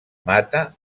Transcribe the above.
mata